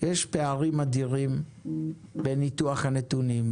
יש פערים אדירים בניתוח הנתונים,